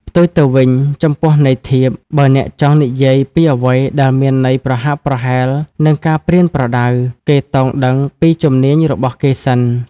ផ្ទុយទៅវិញ ចំពោះន័យធៀប បើអ្នកចង់និយាយពីអ្វីដែលមានន័យប្រហាក់ប្រហែលនឹងការប្រៀនប្រដៅ គេតោងដឹងពីជំនាញរបស់គេសិន ។